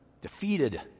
Defeated